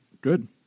Good